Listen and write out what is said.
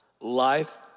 Life